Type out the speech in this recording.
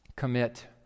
commit